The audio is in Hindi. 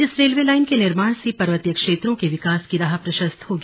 इस रेलवे लाइन के निर्माण से पर्वतीय क्षेत्रों के विकास की राह प्रशस्त होगी